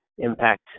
Impact